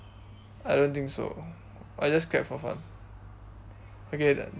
I don't think so I just clap for fun okay done